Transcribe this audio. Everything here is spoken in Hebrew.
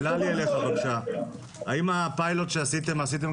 האם הכנתם צעדי זהירות/נסיגה,